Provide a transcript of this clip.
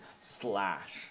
slash